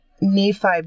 Nephi